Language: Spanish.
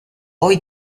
hoy